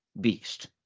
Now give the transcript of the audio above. beast